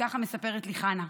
ככה מספרת לי חנה: